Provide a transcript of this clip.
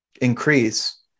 increase